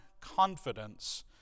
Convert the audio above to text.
confidence